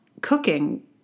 cooking